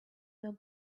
were